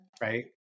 Right